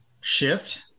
shift